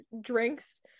drinks